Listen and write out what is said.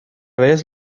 vez